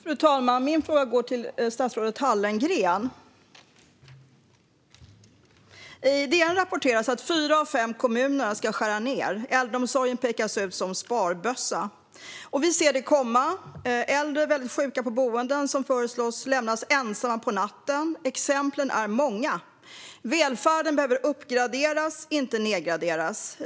Fru talman! Min fråga går till statsrådet Hallengren. I DN rapporteras att fyra av fem kommuner ska skära ned. Äldreomsorgen pekas ut som sparbössa. Vi ser det komma. Äldre och väldigt sjuka på boenden föreslås bli lämnade ensamma på natten. Exemplen är många. Välfärden behöver uppgraderas, inte nedgraderas.